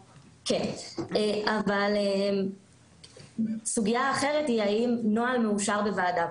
אבל סוגיה אחרת היא, האם נוהל מאושר בוועדה?